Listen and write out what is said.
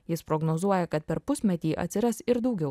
jis prognozuoja kad per pusmetį atsiras ir daugiau